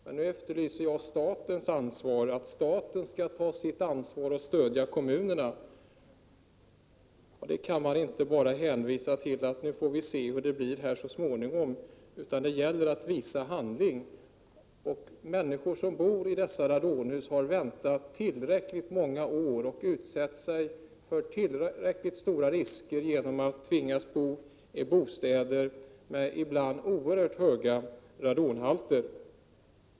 Men nu efterlyser jag att staten skall ta sitt ansvar och stödja kommunerna. Man kan inte bara hänvisa till att vi får se hur det blir så småningom, utan det gäller att visa handling. Människor som bor i radonhus har väntat tillräckligt många år. De har utsatts för tillräckligt stora risker genom att tvingas bo i hus med ibland oerhört höga radonhalter.